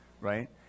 right